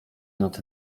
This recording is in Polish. nad